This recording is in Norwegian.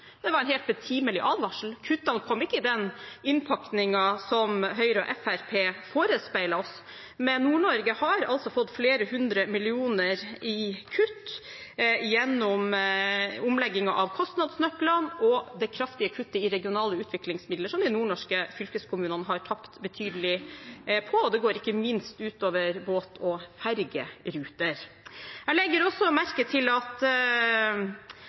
Det var en helt betimelig advarsel. Kuttene kom ikke i den innpakningen som Høyre og Fremskrittspartiet forespeilet oss, men Nord-Norge har fått flere hundre millioner kroner i kutt gjennom omlegging av kostnadsnøklene og det kraftige kuttet i regionale utviklingsmidler som de nordnorske fylkeskommunene har tapt betydelig på. Det går ikke minst ut over båt- og fergeruter. Jeg legger også merke til at